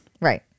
Right